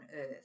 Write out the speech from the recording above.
earth